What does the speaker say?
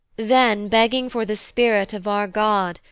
then begging for the spirit of our god,